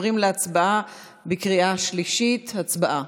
אנחנו עוברים להצבעה בקריאה שלישית, הצבעה.